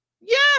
Yes